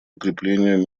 укреплению